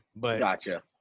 Gotcha